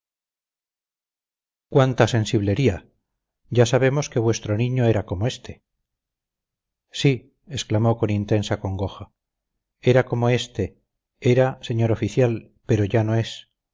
cuánta sensiblería ya sabemos que vuestro niño era como este sí exclamó con intensa congoja era como este era señor oficial pero ya no es